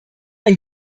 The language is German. ein